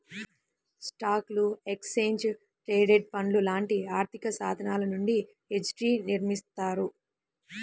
స్టాక్లు, exchange traded ఫండ్లు లాంటి ఆర్థికసాధనాల నుండి హెడ్జ్ని నిర్మిత్తారు